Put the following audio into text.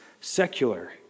secular